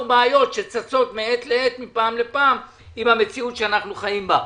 בעיות שצצות מעת לעת עם המציאות שאנו חיים בה,